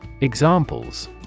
Examples